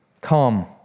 Come